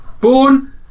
born